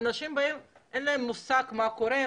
אנשים באים ואין להם מושג מה קורה,